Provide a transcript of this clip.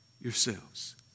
yourselves